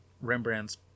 Rembrandt's